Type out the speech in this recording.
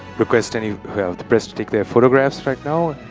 request any press to take their photographs right now.